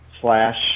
slash